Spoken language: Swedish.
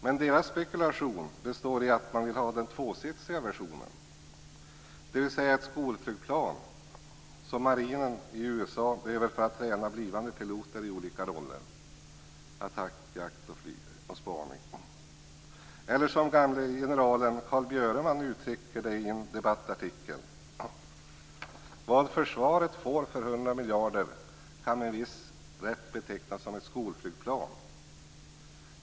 Men deras spekulation består i att man vill ha den tvåsitsiga versionen, dvs. ett skolflygplan som marinen i USA behöver för att träna blivande piloter i olika roller, attack, jakt, flyg och spaning. Eller som gamle generalen Carl Björkman uttrycker det i en debattartikel: Vad försvaret får för 100 miljarder kan med viss rätt betecknas som ett skolflygplan.